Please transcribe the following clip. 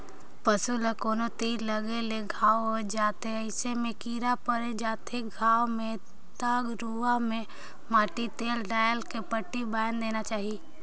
पसू ल कोनो तीर लगे ले घांव हो जाथे अइसन में कीरा पर जाथे घाव तीर म त रुआ में माटी तेल डायल के पट्टी बायन्ध देना चाही